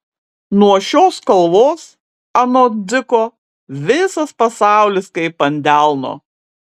nuo šios kalvos anot dziko visas pasaulis kaip ant delno